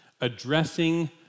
Addressing